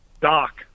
Doc